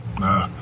Nah